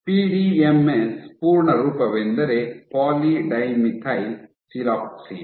PDMS ಪೂರ್ಣ ರೂಪವೆಂದರೆ poly dimethyl siloxane